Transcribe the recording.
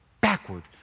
backward